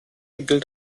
gilt